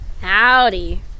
Howdy